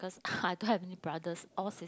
cause I don't have any brothers all